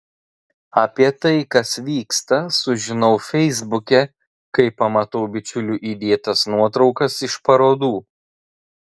apie tai kas vyksta sužinau feisbuke kai pamatau bičiulių įdėtas nuotraukas iš parodų